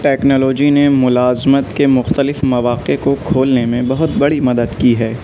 technology نے ملازمت کے مختلف مواقع کو کھولنے میں بہت بڑی مدد کی ہے